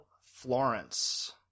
Florence